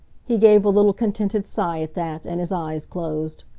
he gave a little contented sigh at that, and his eyes closed.